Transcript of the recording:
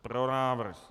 Pro návrh.